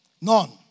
none